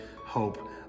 hope